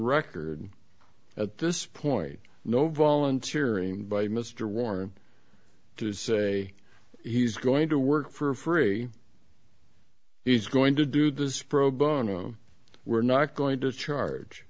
record at this point no volunteer and by mr warner to say he's going to work for free he's going to do this pro bono we're not going to charge